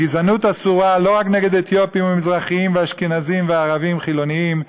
הגזענות אסורה לא רק נגד אתיופים ומזרחיים ואשכנזים וערבים חילונים,